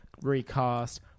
recast